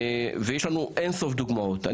יש לנו אין-סוף דוגמאות.